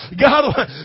God